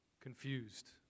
Confused